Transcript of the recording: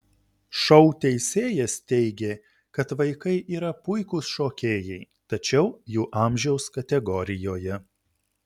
šou teisėjas teigė kad vaikai yra puikūs šokėjai tačiau jų amžiaus kategorijoje